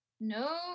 no